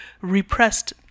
repressed